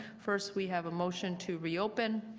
first we have a motion to reopen.